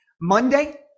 Monday